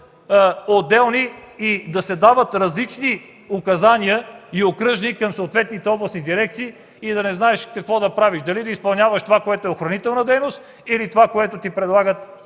отделни и да се дават различни указания и окръжни към съответните областни дирекции и да не знаеш какво да правиш – дали да изпълняваш това, което е охранителна дейност, или това, което ти предлагат